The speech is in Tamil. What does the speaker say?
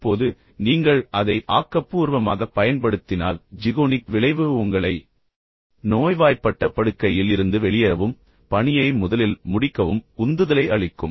இப்போது நீங்கள் அதை ஆக்கப்பூர்வமாகப் பயன்படுத்தினால் ஜிகோனிக் விளைவு உங்களை நோய்வாய்ப்பட்ட படுக்கையில் இருந்து வெளியேறவும் பணியை முதலில் முடிக்கவும் உந்துதலை அளிக்கும்